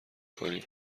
کنی